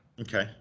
Okay